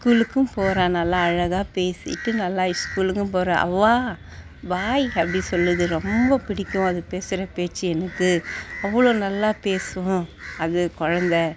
ஸ்கூலுக்கும் போகிறா நல்லா அழகா பேசிவிட்டு நல்லா ஸ்கூலுக்கும் போகிறா அவ்வா பாயி அப்படி சொல்லுது ரொம்ப பிடிக்கும் அது பேசுகிற பேச்சு எனக்கு அவ்வளோ நல்லா பேசும் அது கொழந்தை